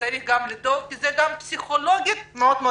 וצריך לדאוג, כי זה גם פסיכולוגית קשה מאוד.